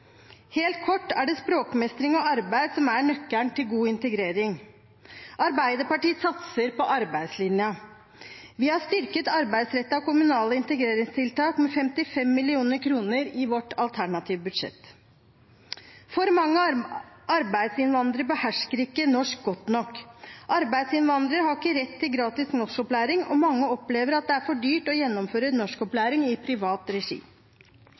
Helt kort er det språkmestring og arbeid som er nøkkelen til god integrering. Arbeiderpartiet satser på arbeidslinja. Vi har styrket arbeidsrettede og kommunale integreringstiltak med 55 mill. kr i vårt alternative budsjett. For mange arbeidsinnvandrere behersker ikke norsk godt nok. Arbeidsinnvandrere har ikke rett til gratis norskopplæring, og mange opplever at det er for dyrt å gjennomføre norskopplæring i privat regi.